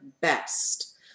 best